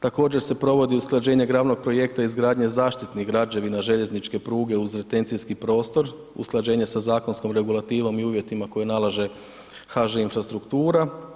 Također se provodi usklađenje glavnog projekta izgradnje zaštitnih građevina željezničke pruge uz retencijski prostor, usklađenje sa zakonskom regulativom i uvjetima koje nalaže HŽ infrastruktura.